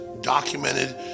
documented